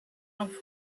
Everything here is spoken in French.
langue